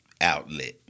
outlet